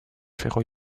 joueurs